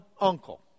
uncle